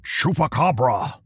Chupacabra